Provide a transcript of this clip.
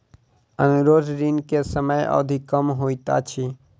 अनुरोध ऋण के समय अवधि कम होइत अछि